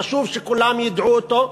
וחשוב שכולם ידעו אותו.